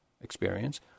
experience